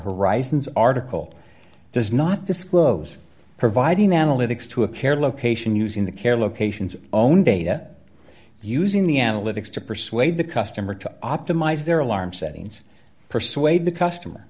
horizon's article does not disclose providing them a linux to a pair location using the care locations own data using the analytics to persuade the customer to optimize their alarm settings persuade the customer